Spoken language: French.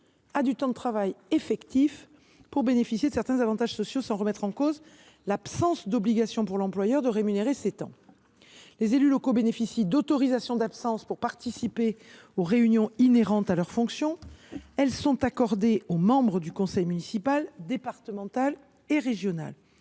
à du temps de travail effectif pour le calcul du bénéfice de certains avantages sociaux, sans remettre en cause l’absence d’obligation pour l’employeur de rémunérer ce temps. Les élus locaux bénéficient d’autorisations d’absence pour participer aux réunions inhérentes à leurs fonctions. Elles sont accordées aux membres du conseil municipal, départemental et régional.